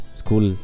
school